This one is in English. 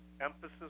Emphasis